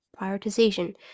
prioritization